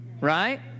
Right